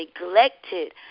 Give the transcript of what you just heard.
neglected